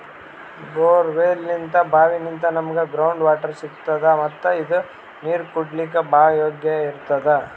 ಬೋರ್ವೆಲ್ನಿಂತ್ ಭಾವಿನಿಂತ್ ನಮ್ಗ್ ground water ಸಿಗ್ತದ ಮತ್ತ್ ಇದು ನೀರ್ ಕುಡ್ಲಿಕ್ಕ್ ಭಾಳ್ ಯೋಗ್ಯ್ ಇರ್ತದ್